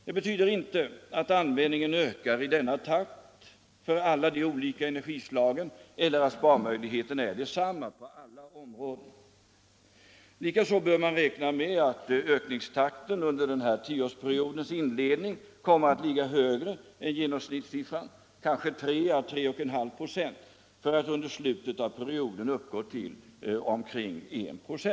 Det betyder inte att användningen ökar i denna takt för alla de olika energislagen eller att sparmöjligheterna är desamma på alla områden. Likaså bör man räkna med att ökningstakten under tioårsperiodens inledning kommer att ligga högre än genomsnittssiffran — kanske 3-3,5 96 — för att vid slutet av perioden uppgå till omkring 19.